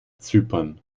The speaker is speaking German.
zypern